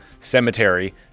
cemetery